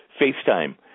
FaceTime